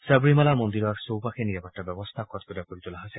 সাবৰিমালা মন্দিৰৰ চৌপাশে নিৰাপত্তা ব্যৱস্থা কটকটীয়া কৰি তোলা হৈছে